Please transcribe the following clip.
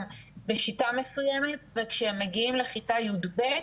בשיטה מסוימת וכשהם מגיעים לכיתה י"ב,